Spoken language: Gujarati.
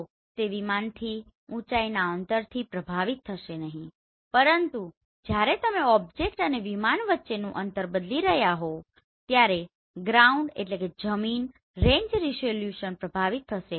તો તે વિમાનથી ઊચાઇના અંતરથી પ્રભાવિત થશે નહીં પરંતુ જ્યારે તમે ઓબ્જેક્ટ અને વિમાન વચ્ચેનું અંતર બદલી રહ્યા હોવ ત્યારે ગ્રાઉન્ડgroundજમીન રેંજ રિઝોલ્યુશન પ્રભાવિત થશે